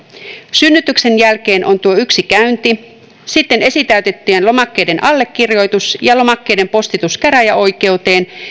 synnytyksen jälkeen on tuo yksi käynti sitten esitäytettyjen lomakkeiden allekirjoitus ja lomakkeiden postitus käräjäoikeuteen